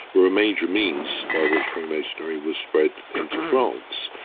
were a major means by which freemasonry was spread into france.